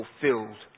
fulfilled